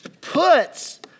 puts